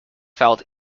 felt